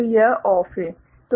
तो यह OFF है